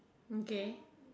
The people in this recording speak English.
okay